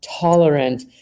tolerant